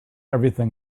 everything